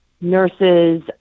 nurses